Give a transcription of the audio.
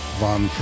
von